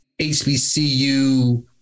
HBCU